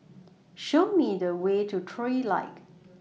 Show Me The Way to Trilight